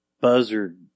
buzzard